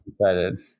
excited